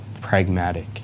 pragmatic